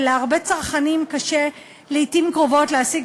ולהרבה צרכנים קשה לעתים קרובות להשיג